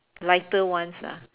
lighter ones lah